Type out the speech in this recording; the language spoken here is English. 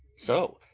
so,